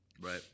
right